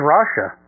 Russia